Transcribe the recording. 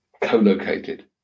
co-located